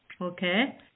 okay